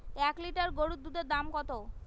এক লিটার গরুর দুধের দাম কত?